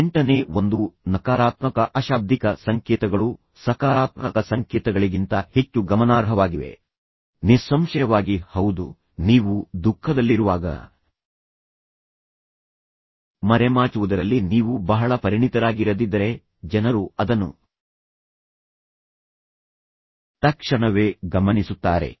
ಎಂಟನೇ ಒಂದು ನಕಾರಾತ್ಮಕ ಅಶಾಬ್ದಿಕ ಸಂಕೇತಗಳು ಸಕಾರಾತ್ಮಕ ಸಂಕೇತಗಳಿಗಿಂತ ಹೆಚ್ಚು ಗಮನಾರ್ಹವಾಗಿವೆ ನಿಸ್ಸಂಶಯವಾಗಿ ಹೌದು ನೀವು ದುಃಖದಲ್ಲಿರುವಾಗ ಮರೆಮಾಚುವುದರಲ್ಲಿ ನೀವು ಬಹಳ ಪರಿಣಿತರಾಗಿರದಿದ್ದರೆ ಜನರು ಅದನ್ನು ತಕ್ಷಣವೇ ಗಮನಿಸುತ್ತಾರೆ